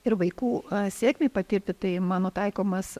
ir vaikų sėkmei patirti tai mano taikomas